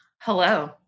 Hello